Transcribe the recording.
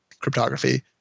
cryptography